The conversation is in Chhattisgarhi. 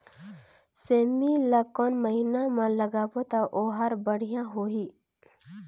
सेमी ला कोन महीना मा लगाबो ता ओहार बढ़िया होही?